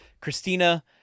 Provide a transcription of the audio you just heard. Christina